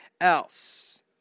else